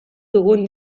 dugun